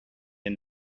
and